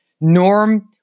Norm